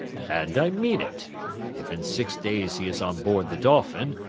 and mean it if in six days he is on board the dolphin,